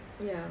ya